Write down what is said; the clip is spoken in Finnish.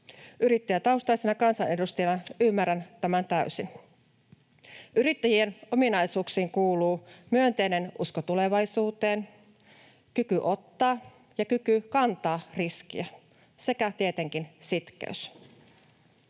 Yrittäjätaustaisena kansanedustajana ymmärrän tämän täysin. Yrittäjien ominaisuuksiin kuuluvat myönteinen usko tulevaisuuteen, kyky ottaa ja kyky kantaa riskiä sekä tietenkin sitkeys.